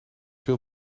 veel